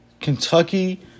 Kentucky